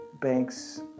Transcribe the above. Banks